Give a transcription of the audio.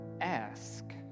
ask